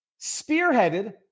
spearheaded